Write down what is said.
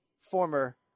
former –